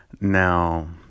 Now